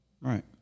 right